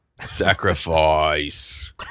sacrifice